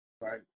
Right